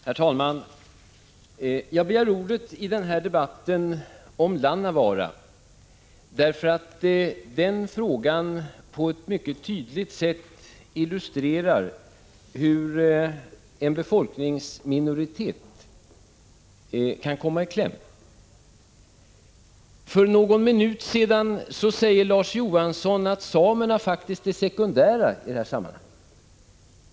Herr talman! Jag begär ordet i den här debatten om Lannavaara därför att den frågan på ett mycket tydligt sätt illustrerar hur en befolkningsminoritet kan komma i kläm. För någon minut sedan sade Larz Johansson att samerna faktiskt är sekundära i det här sammanhanget.